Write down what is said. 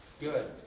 Good